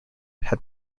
had